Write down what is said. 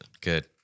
Good